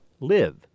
live